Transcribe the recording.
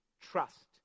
Trust